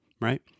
right